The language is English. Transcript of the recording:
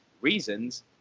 reasons